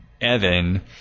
Evan